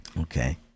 okay